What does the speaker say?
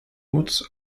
móc